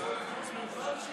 יש